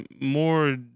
more